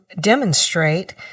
demonstrate